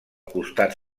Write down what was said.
costat